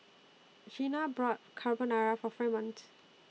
Jeana brought Carbonara For Fremont